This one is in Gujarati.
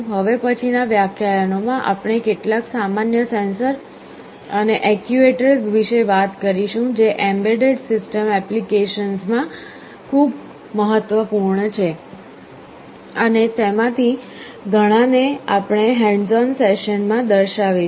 હવે પછીનાં વ્યાખ્યાયનોમાં આપણે કેટલાક સામાન્ય સેન્સર અને એકયુએટર્સ વિશે વાત કરીશું જે એમ્બેડેડ સિસ્ટમ એપ્લિકેશન્સમાં ખૂબ મહત્વપૂર્ણ છે અને તેમાંથી ઘણા ને આપણે હેન્ડ્સ ઓન સેશન માં દર્શાવીશું